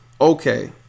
Okay